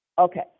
Okay